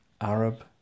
Arab